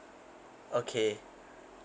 okay